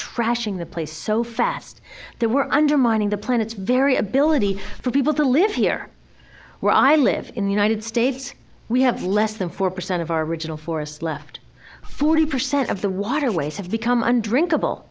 trashing the place so fast they were undermining the planet's very ability for people to live here where i live in the united states we have less than four percent of our regional forest left forty percent of the waterways have become un drink